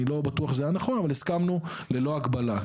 אני לא בטוח שזה היה נכון, אבל הסכמנו ללא הגבלה.